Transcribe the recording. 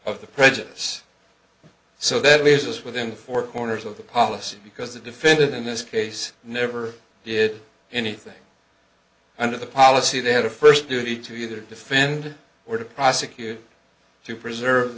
of the prejudice so that leaves us within four corners of the policy because the defendant in this case never did anything under the policy they had a first duty to defend or to prosecute to preserve